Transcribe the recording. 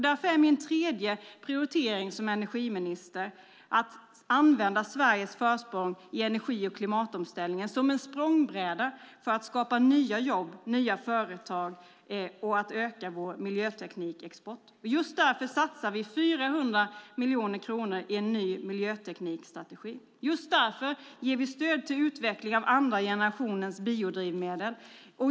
Därför är min tredje prioritering som energiminister att använda Sveriges försprång i energi och klimatomställningen som en språngbräda för att skapa nya jobb, nya företag och öka vår miljöteknikexport. Just därför satsar vi 400 miljoner kronor i en ny miljöteknikstrategi. Just därför ger vi stöd till utveckling av andra generationens biodrivmedel.